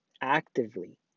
Actively